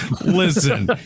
listen